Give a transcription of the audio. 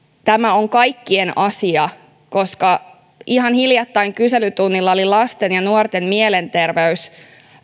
tämä on kaikkien asia koska ihan hiljattain kyselytunnilla oli lasten ja nuorten mielenterveys